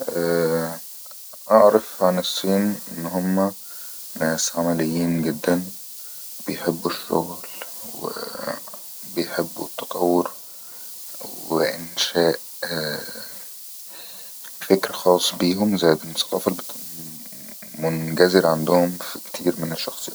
أعرف عن الصين أنهم ناس عمليين جدن بيحبوا الشغل وءءبيحبوا التطور وإنشاء فكرة خاص بيهم زي الدنيا الثقافة منجز-منزجبه عندهم في كتير من الشخصيات